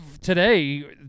today